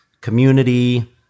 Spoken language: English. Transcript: community